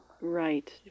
Right